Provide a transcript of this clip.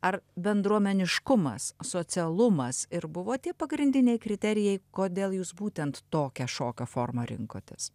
ar bendruomeniškumas socialumas ir buvo tie pagrindiniai kriterijai kodėl jūs būtent tokią šokio formą rinkotės